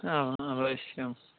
हा अवश्यम्